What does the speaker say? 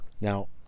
Now